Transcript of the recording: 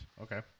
Okay